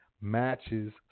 matches